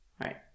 right